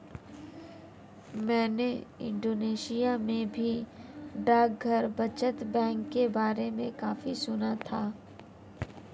मैंने इंडोनेशिया में भी डाकघर बचत बैंक के बारे में काफी सुना था